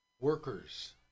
workers